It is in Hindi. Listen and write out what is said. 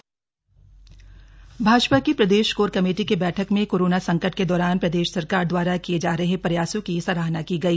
भाजपा बैठक भाजपा की प्रदेश कोर कमेटी की बैठक में कोरोना संकट के दौरान प्रदेश सरकार दवारा किए जा रहे प्रयासों की सराहना की गई